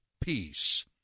Peace